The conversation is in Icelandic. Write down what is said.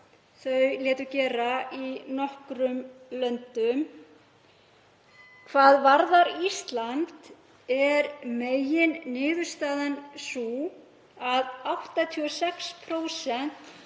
þeir létu gera í nokkrum löndum. Hvað varðar Ísland er meginniðurstaðan sú að 86%